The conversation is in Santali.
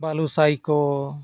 ᱵᱟᱹᱞᱩ ᱥᱟᱭ ᱠᱚ